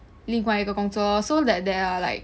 另外一个工作 lor so that there are like